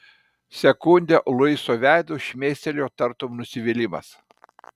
sekundę luiso veidu šmėstelėjo tartum nusivylimas